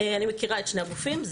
אני מכירה את שני הגופים.